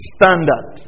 Standard